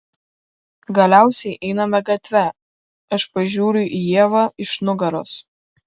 galiausiai einame gatve aš pažiūriu į ievą iš nugaros